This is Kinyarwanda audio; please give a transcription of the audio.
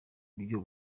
buryo